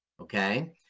Okay